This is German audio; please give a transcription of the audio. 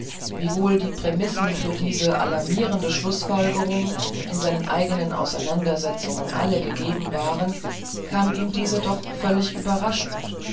wiewohl die prämissen für diese alarmierende schlußfolgerung in seinen eigenen auseinandersetzungen alle gegeben waren kam ihm diese doch völlig überraschend